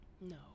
No